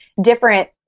different